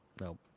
Nope